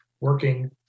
working